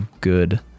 good